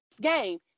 game